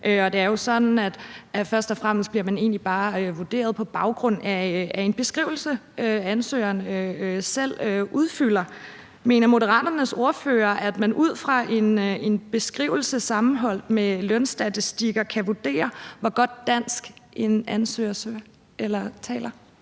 det er jo sådan, at først og fremmest bliver man egentlig bare vurderet på baggrund af en beskrivelse, som ansøgeren selv udarbejder. Mener Moderaternes ordfører, at man ud fra en beskrivelse sammenholdt med lønstatistikker kan vurdere, hvor godt dansk en ansøger taler?